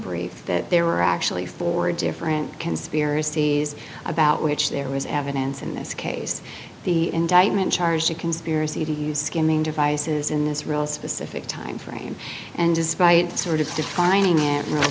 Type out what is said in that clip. brief that there were actually four different conspiracies about which there was evidence in this case the indictment charge the conspiracy to use skimming devices in this real specific timeframe and despite sort of defining it r